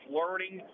learning